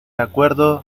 acuerdo